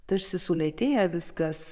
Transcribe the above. tarsi sulėtėja viskas